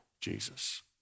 Jesus